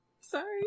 Sorry